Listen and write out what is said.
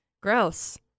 gross